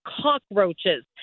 cockroaches